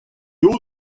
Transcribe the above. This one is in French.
hauts